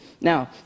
Now